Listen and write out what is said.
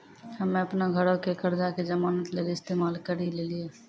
हम्मे अपनो घरो के कर्जा के जमानत लेली इस्तेमाल करि लेलियै